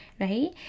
right